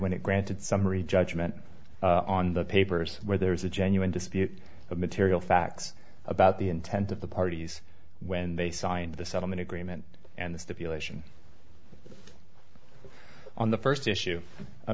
when it granted summary judgment on the papers where there was a genuine dispute of material facts about the intent of the parties when they signed the settlement agreement and the stipulation on the first issue